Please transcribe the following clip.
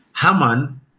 Haman